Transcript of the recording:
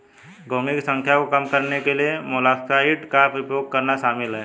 घोंघे की संख्या को कम करने के लिए मोलस्कसाइड्स का उपयोग करना शामिल है